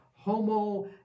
Homo